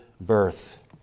birth